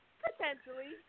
potentially